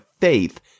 faith